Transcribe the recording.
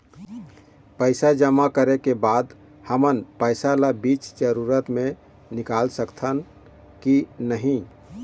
पैसा जमा करे के बाद हमन पैसा ला बीच जरूरत मे निकाल सकत हन की नहीं?